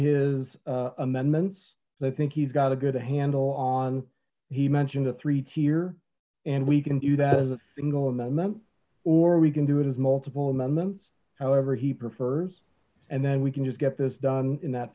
his amendments i think he's got a good handle on he mentioned a three tier and we can do that as a single amendment or we can do it as multiple amendments however he prefers and then we can just get this done in that